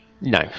No